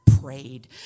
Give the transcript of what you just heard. prayed